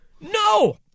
No